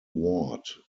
ward